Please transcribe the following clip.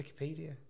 Wikipedia